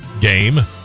game